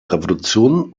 revolution